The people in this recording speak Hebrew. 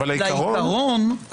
אבל לעיקרון?